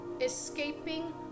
escaping